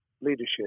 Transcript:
leadership